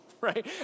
right